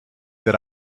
that